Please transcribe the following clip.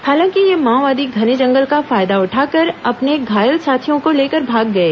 हालांकि ये माओवादी घने जंगल का फायदा उठाकर अपने घायल साथियों को लेकर भाग गए